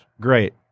Great